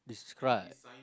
describe